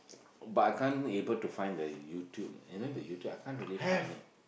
but I can't able find the YouTube you know the YouTube I can't really find it